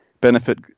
benefit